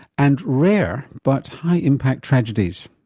and rare but high impact tragedies.